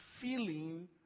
feeling